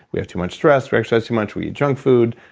we have too much stress. we exercise too much. we eat junk food.